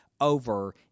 over